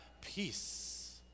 peace